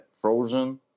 frozen